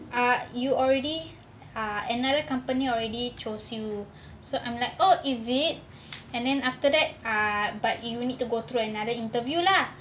ah you already ah another company already choose you so I'm like oh is it and then after that err but you will need to go through another interview lah